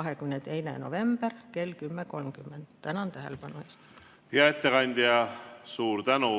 22. novembri kell 10.30. Tänan tähelepanu eest! Hea ettekandja, suur tänu!